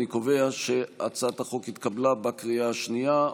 אני קובע שהצעת החוק התקבלה בקריאה השנייה.